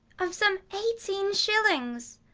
of some eighteen shillings,